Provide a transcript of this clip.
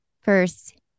first